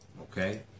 Okay